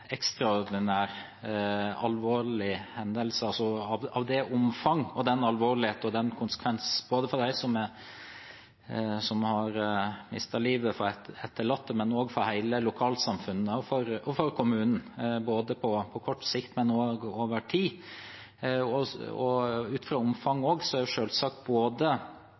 ekstraordinær, alvorlig hendelse – av det omfang, den alvorlighet og den konsekvens – både for dem som har mistet livet, for etterlatte, for hele lokalsamfunnet og for kommunen på kort sikt og over tid. Også ut fra omfanget er det